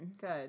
Good